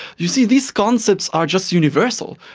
you see, these concepts are just universal.